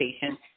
patient